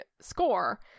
score